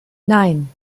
nein